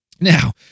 Now